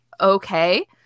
okay